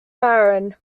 baron